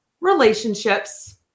Relationships